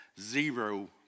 zero